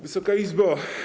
Wysoka Izbo!